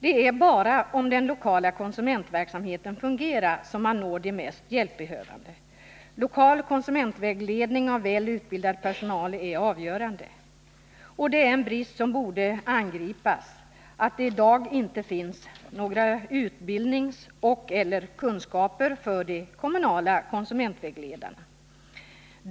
Det är bara om den lokala konsumentverksamheten fungerar som man når de mest hjälpbehövande. Lokal konsumentvägledning av väl utbildad personal är avgörande. Och det är en brist som borde avhjälpas att det i dag inte finns några utbildningskrav eller krav på kunskaper för de kommunala konsumentvägledarna.